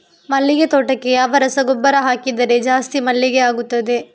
ಮಲ್ಲಿಗೆ ತೋಟಕ್ಕೆ ಯಾವ ರಸಗೊಬ್ಬರ ಹಾಕಿದರೆ ಜಾಸ್ತಿ ಮಲ್ಲಿಗೆ ಆಗುತ್ತದೆ?